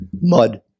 mud